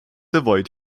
avoid